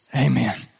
Amen